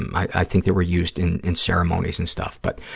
i think they were used in in ceremonies and stuff. but